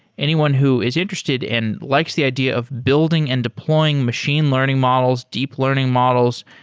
anyone who is interested and likes the idea of building and deploying machine learning models, deep learning models,